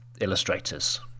illustrators